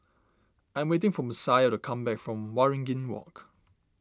I am waiting for Messiah to come back from Waringin Walk